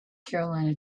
carolina